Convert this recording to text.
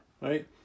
right